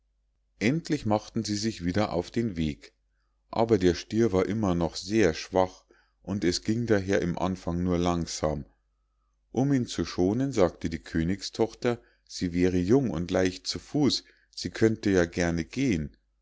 endlich machten sie sich wieder auf den weg aber der stier war immer noch sehr schwach und es ging daher im anfang nur langsam um ihn zu schonen sagte die königstochter sie wäre jung und leicht zu fuß sie könnte ja gern gehen